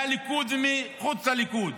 מהליכוד ומחוץ לליכוד